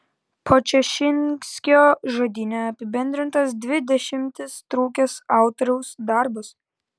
podčašinskio žodyne apibendrintas dvi dešimtis trukęs autoriaus darbas